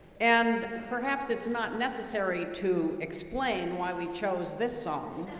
and perhaps it's not necessary to explain why we chose this song,